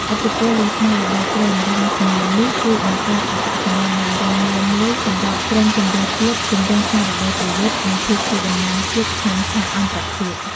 ឥទ្ធិពលលើស្មារតីក្រុម រហស្សនាមនេះជួយបង្កើតអត្តសញ្ញាណដ៏រឹងមាំមួយសម្រាប់ក្រុមជម្រើសជាតិ ជំរុញស្មារតីប្រយុទ្ធ និងភាពជាតំណាងជាតិក្នុងឆាកអន្តរជាតិ។